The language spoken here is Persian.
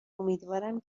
امیدوارم